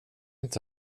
inte